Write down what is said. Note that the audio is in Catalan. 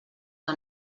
que